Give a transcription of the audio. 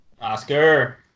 Oscar